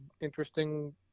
interesting